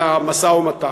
למשא-ומתן,